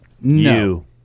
no